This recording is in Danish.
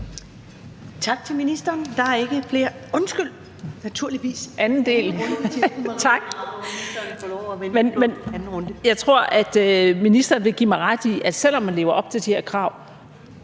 Tak til ministeren. Værsgo, anden runde. Kl. 13:24 Marie Krarup (DF): Tak. Jeg tror, at ministeren vil give mig ret i, at selv om man lever op til de her krav,